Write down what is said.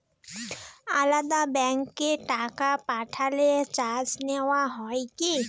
আলাদা ব্যাংকে টাকা পাঠালে চার্জ নেওয়া হয় কি?